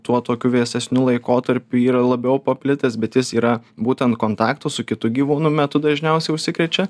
tuo tokiu vėsesniu laikotarpiu yra labiau paplitęs bet jis yra būtent kontakto su kitu gyvūnu metu dažniausiai užsikrečia